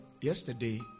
Yesterday